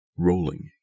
rolling